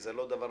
78,